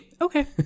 Okay